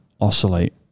oscillate